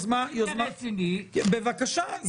זה רציני --- בבקשה.